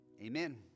Amen